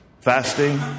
fasting